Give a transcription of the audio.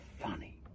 funny